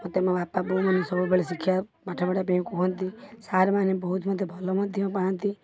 ମତେ ମୋ ବାପା ବୋଉ ମାନେ ସବୁବେଳେ ଶିକ୍ଷା ପାଠପଢ଼ିବା ପାଇଁ କୁହନ୍ତି ସାର୍ ମାନେ ବହୁତ ମତେ ଭଲ ମଧ୍ୟ ପାଆନ୍ତି